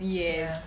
yes